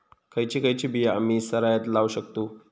खयची खयची बिया आम्ही सरायत लावक शकतु?